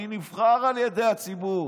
אני נבחר על ידי הציבור.